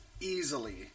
easily